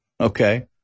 okay